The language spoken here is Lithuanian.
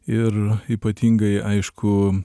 ir ypatingai aišku